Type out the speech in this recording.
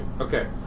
Okay